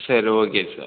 சரி okay sir